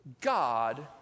God